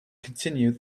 continued